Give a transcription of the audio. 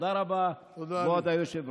תודה רבה, כבוד היושב-ראש.